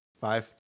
five